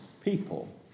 people